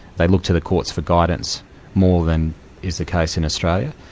they look to the courts for guidance more than is the case in australia.